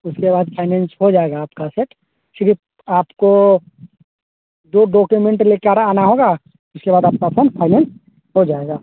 उसके बाद फाइनेन्स हो जाएगा आपका सेट चिप आपको दो डॉक्यूमेंट लेकर आना होगा उसके बाद आपका फ़ोन फाइनेन्स हो जाएगा